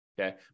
Okay